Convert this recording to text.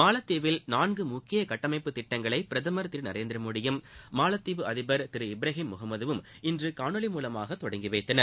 மாலத்தீவில் நான்கு முக்கிய கட்டமைப்பு திட்டங்களை பிரதமர் திரு நரேந்திரமோடியும் மாலத்தீவு அதிபர் திரு இப்ராஹிம் முகம்மதுவும் இன்று காணொலி மூலமாக தொடங்கி வைத்தனர்